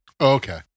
Okay